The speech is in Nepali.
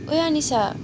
ओई अनिसा